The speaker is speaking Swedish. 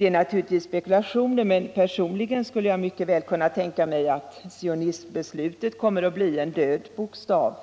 Naturligtvis är det en spekulation, men personligen kan jag tänka mig att sionismbeslutet kommer att bli en död bokstav.